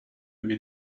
lui